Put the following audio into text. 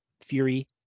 Fury